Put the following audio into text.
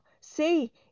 see